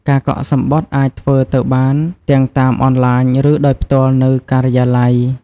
ការកក់សំបុត្រអាចធ្វើទៅបានទាំងតាមអនឡាញឬដោយផ្ទាល់នៅការិយាល័យ។